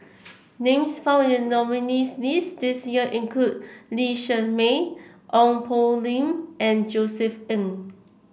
names found in the nominees' list this year include Lee Shermay Ong Poh Lim and Josef Ng